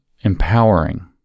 empowering